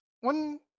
One